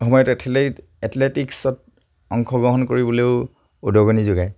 সময়ত এথেলেট এথলেটিক্সত অংশগ্ৰহণ কৰিবলৈও উদগনি যোগায়